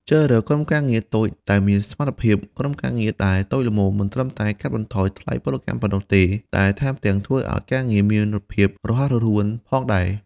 ជ្រើសរើសក្រុមការងារតូចតែមានសមត្ថភាព ក្រុមការងារដែលតូចល្មមមិនត្រឹមតែកាត់បន្ថយថ្លៃពលកម្មប៉ុណ្ណោះទេ តែថែមទាំងធ្វើឱ្យការងារមានភាពរហ័សរហួនផងដែរ។